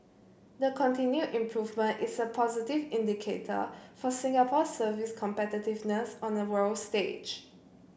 the continued improvement is a positive indicator for Singapore's service competitiveness on a world stage